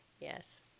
Yes